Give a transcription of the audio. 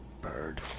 bird